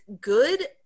good